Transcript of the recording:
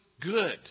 good